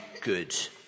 good